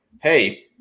Hey